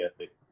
ethic